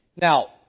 Now